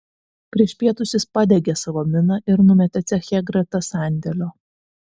prieš pietus jis padegė savo miną ir numetė ceche greta sandėlio